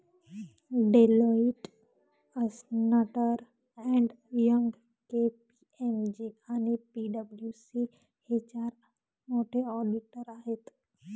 Deloitte, अस्न्टर and Young, KPMG आणि पी.डब्ल्यू.सी हे चार मोठे ऑडिटर आहेत